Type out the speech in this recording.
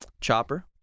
Chopper